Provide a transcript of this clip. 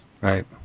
Right